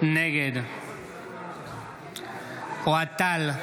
נגד אוהד טל,